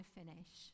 finish